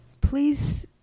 Please